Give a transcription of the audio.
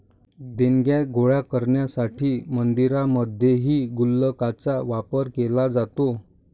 देणग्या गोळा करण्यासाठी मंदिरांमध्येही गुल्लकांचा वापर केला जातो